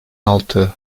altı